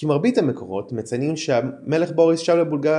כי מרבית המקורות מציינים שהמלך בוריס שב לבולגריה